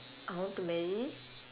I want to marry